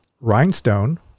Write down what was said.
Rhinestone